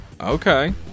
okay